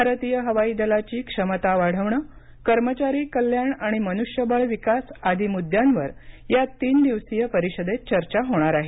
भारतीय हवाई दलाची भमता वाढवणे कर्मचारी कल्याण आणि मनुष्यबळ विकास आदी मुद्द्यांवर या तीन दिवसीय परिषदेत चर्चा होणार आहे